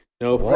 No